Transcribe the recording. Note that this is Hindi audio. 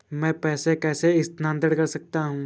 मैं पैसे कैसे स्थानांतरण कर सकता हूँ?